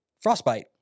Frostbite